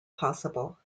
possible